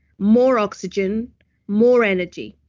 more oxygen more energy.